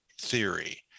theory